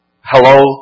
hello